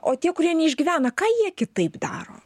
o tie kurie neišgyvena ką jie kitaip daro